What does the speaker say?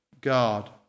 God